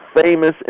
famous